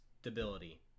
stability